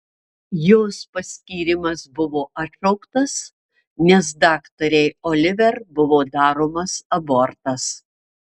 jos paskyrimas buvo atšauktas nes daktarei oliver buvo daromas abortas